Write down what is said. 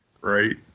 right